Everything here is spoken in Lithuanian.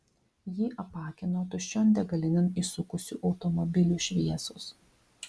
jį apakino tuščion degalinėn įsukusių automobilių šviesos